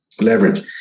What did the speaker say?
leverage